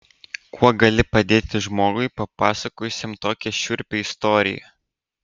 kuo gali padėti žmogui papasakojusiam tokią šiurpią istoriją